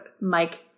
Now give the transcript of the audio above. Mike